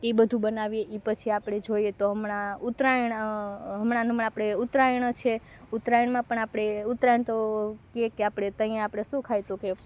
એ બધું બનાવીએ એ પછી આપણે જોઈએ તો હમણા ઉત્તરાયણ હમણા ને હમણા આપણે ઉત્તરાયણ છે ઉત્તરાયણમાં પણ આપણે ઉત્તરાયણ તો કહીએ કે આપણે તૈયા આપણે શું ખાઈએ તો કે